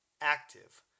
active